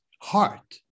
heart